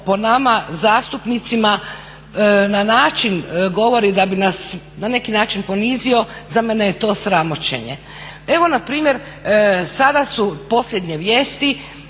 po nama zastupnicima na način govori da bi nas na neki način ponizio za mene je to sramoćenje. Evo npr. sada su posljednje vijesti